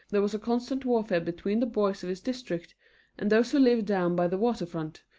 there was a constant warfare between the boys of his district and those who lived down by the water front,